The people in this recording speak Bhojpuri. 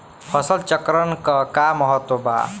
फसल चक्रण क का महत्त्व बा?